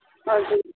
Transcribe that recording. हजुर